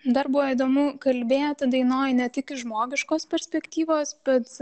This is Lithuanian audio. dar buvo įdomu kalbėti dainoj ne tik iš žmogiškos perspektyvos bet